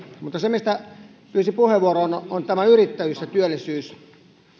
mutta se mistä pyysin puheenvuoron on tämä yrittäjyys ja työllisyys